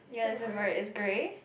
ya it's a bird it's grey